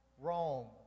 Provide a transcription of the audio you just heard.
Rome